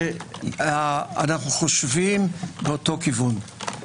שאנו חושבים באותן כיוון.